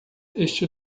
este